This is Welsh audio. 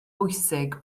bwysig